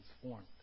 transformed